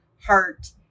heart